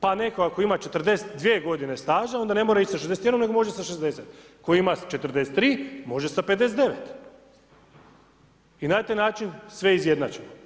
Pa netko ako ima 42 godine staža, onda ne mora ići sa 61 nego može sa 60, tko ima 43, može sa 59, i na taj način sve izjednačimo.